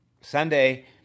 Sunday